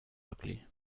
ugly